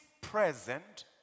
present